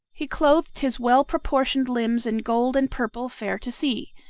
he clothed his well-proportioned limbs in gold and purple fair to see,